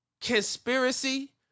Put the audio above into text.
conspiracy